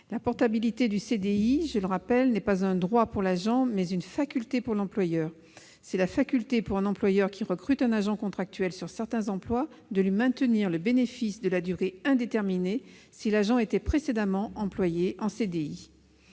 La portabilité du CDI, je le rappelle, n'est pas un droit pour l'agent, mais une faculté, pour l'employeur qui recrute un agent contractuel sur certains emplois, de lui maintenir le bénéfice de la durée indéterminée si l'agent était précédemment employé en CDI.